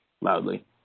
loudly